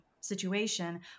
situation